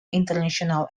international